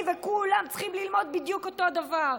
וכולם צריכים ללמוד בדיוק אותו דבר.